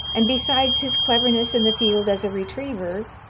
and besides his cleverness in the field as a retriever,